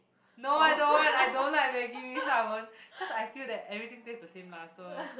no I don't want I don't like maggi-mee so I won't cause I feel that everything taste the same lah so